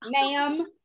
ma'am